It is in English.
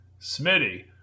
Smitty